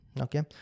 okay